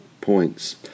points